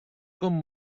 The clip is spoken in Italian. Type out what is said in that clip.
con